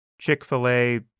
Chick-fil-A